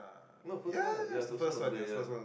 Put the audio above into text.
no first one ya first one was there ya